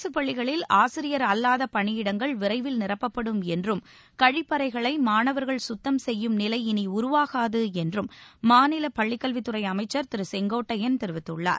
அரசு பள்ளிகளில் ஆசிரியர் அல்லாத பனியிடங்கள் விரைவில் நீரப்பப்படும் என்றும் கழிப்பறைகளை மாணவர்கள் சுத்தம் செய்யும் நிலை இனி உருவாகாது என்றும் மாநில பள்ளி கல்வித்துறை அமைச்சர் திரு செங்கோட்டையன் தெரிவித்துள்ளார்